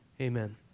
amen